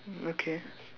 okay